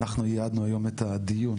אנחנו ייעדנו היום את הדיון,